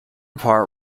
part